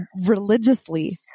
religiously